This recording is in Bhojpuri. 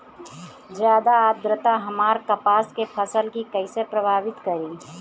ज्यादा आद्रता हमार कपास के फसल कि कइसे प्रभावित करी?